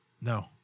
No